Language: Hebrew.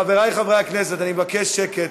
חברי חברי הכנסת, אני מבקש שקט.